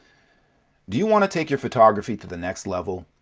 do you want to take your photography to the next level?